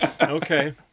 Okay